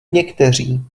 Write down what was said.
někteří